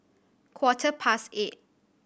quarter past eight